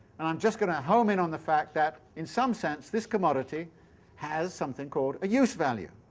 and i'm just going to home in on the fact that in some sense this commodity has something called a use-value.